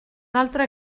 altre